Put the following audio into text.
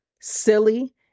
silly